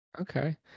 Okay